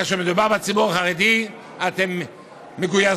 כאשר מדובר בציבור החרדי, אתם מגויסים.